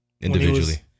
individually